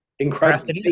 incredible